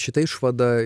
šita išvada